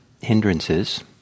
hindrances